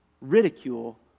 Ridicule